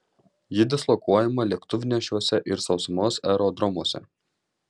ji dislokuojama lėktuvnešiuose ir sausumos aerodromuose